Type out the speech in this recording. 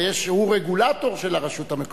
הרי הוא רגולטור של הרשות המקומית.